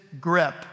Grip